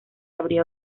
habría